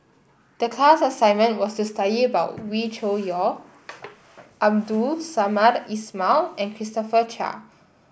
the class assignment was to study Wee Cho Yaw Abdul Samad Ismail and Christopher Chia